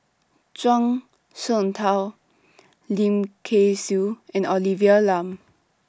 Zhuang Shengtao Lim Kay Siu and Olivia Lum